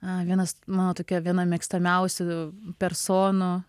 a vienas mano tokia viena mėgstamiausių personų